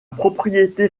propriété